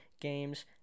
games